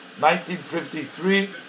1953